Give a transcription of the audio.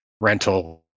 rental